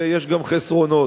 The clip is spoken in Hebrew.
ויש גם חסרונות,